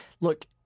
look